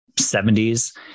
70s